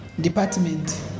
Department